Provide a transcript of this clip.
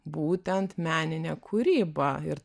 būtent meninę kūrybą ir